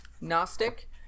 Gnostic